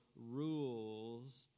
rules